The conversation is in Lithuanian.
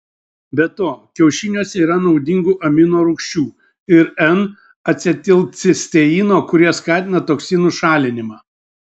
be to kiaušiniuose yra naudingų aminorūgščių ir n acetilcisteino kurie skatina toksinų šalinimą